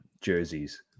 jerseys